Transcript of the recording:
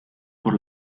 por